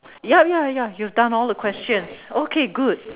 ya ya ya you've done all the questions okay good